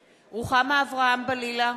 (קוראת בשמות חברי הכנסת) רוחמה אברהם-בלילא,